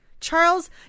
Charles